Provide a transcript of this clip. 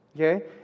okay